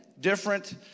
different